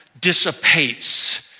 dissipates